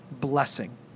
blessing